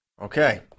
Okay